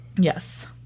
Yes